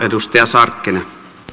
arvon puhemies